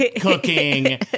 cooking